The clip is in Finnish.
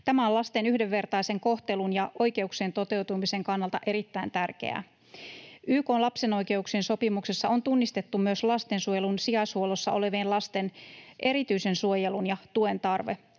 Tämä on lasten yhdenvertaisen kohtelun ja oikeuksien toteutumisen kannalta erittäin tärkeää. YK:n lapsen oikeuksien sopimuksessa on tunnistettu myös lastensuojelun sijaishuollossa olevien lasten erityisen suojelun ja tuen tarve.